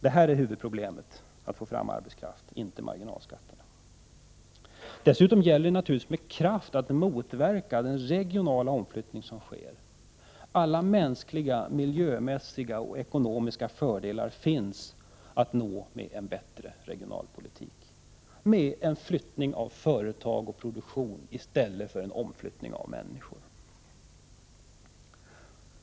Detta är huvudproblemen vad gäller att få fram arbetskraft — inte marginalskatterna. Dessutom gäller det naturligtvis att med kraft motverka den regionala omflyttning som sker. Alla mänskliga, miljömässiga och ekonomiska fördelar finns att få med en bättre regionalpolitik, med en flyttning av företag och produktion i stället för en omflyttning av människor.